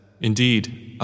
indeed